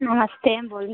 नमस्ते बोलिए